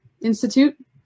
Institute